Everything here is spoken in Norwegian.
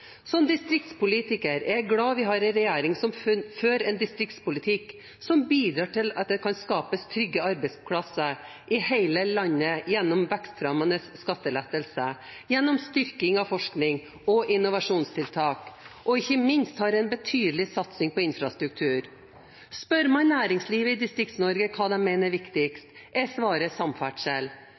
Som distriktspolitiker er jeg glad for at vi har en regjering som fører en distriktspolitikk som bidrar til at det kan skapes trygge arbeidsplasser i hele landet gjennom vekstfremmende skattelettelser, gjennom styrking av forskning og innovasjonstiltak, og som ikke minst har en betydelig satsing på infrastruktur. Spør man næringslivet i Distrikts-Norge hva de mener er viktigst, er svaret samferdsel.